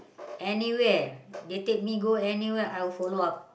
anywhere they take me go anywhere I will follow out